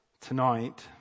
tonight